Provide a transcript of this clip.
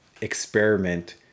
experiment